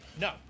No